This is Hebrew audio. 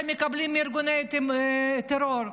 שהם מקבלים מארגוני טרור.